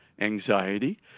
anxiety